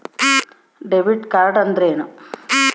Debit card ಅಂದ್ರೇನು?